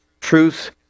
truth